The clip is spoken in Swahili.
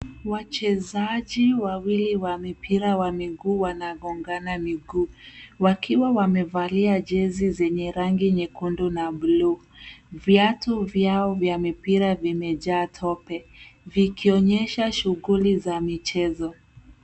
Wachezaji wawili wa mipira wa miguu wanagongana miguu. Wakiwa wamevalia jezi zenye rangi nyekundu na buluu. Viatu vyao vya mipira vimejaa tope vikionyesha shughuli za michezo.